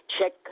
check